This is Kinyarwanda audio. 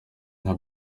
nka